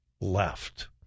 left